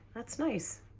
that's nice.